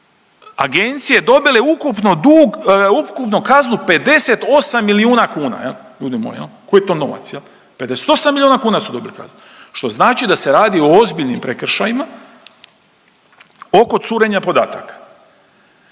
agencije dobile ukupno dug, ukupno kaznu 58 milijuna kuna, je li? Ljudi moji, je li? Koji je to novac? 58 milijuna kuna su dobili kaznu, što znači da se radi o ozbiljnim prekršajima oko curenja podataka